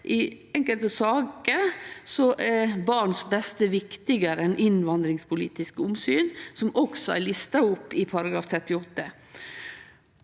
i enkelte saker er barnets beste viktigare enn innvandringspolitiske omsyn, som også er lista opp i § 38.